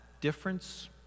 difference